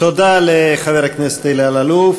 תודה לחבר הכנסת אלי אלאלוף.